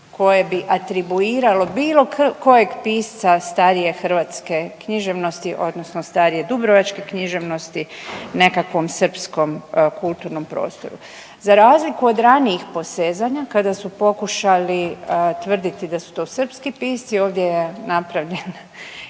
koje bi atribuiralo bilo kojeg pisca starije hrvatske književnosti, odnosno starije dubrovačke književnosti nekakvom srpskom kulturnom prostoru. Za razliku od ranijih posezanja kada su pokušali tvrditi da su to srpski pisci, ovdje je napravljen